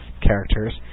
characters